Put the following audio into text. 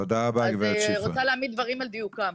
אז רוצה להעמיד דברים על דיוקם.